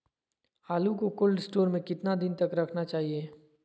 आलू को cold store में कितना दिन तक रखना चाहिए?